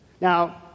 Now